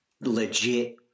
Legit